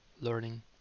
learning